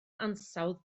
ansawdd